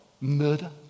murder